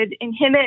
inhibit